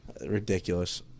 Ridiculous